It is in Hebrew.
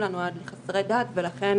מלכתחילה נועד לחסרי דת, ולכן